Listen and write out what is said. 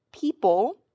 people